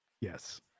Yes